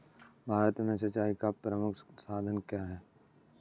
भारत में सिंचाई का प्रमुख साधन क्या है?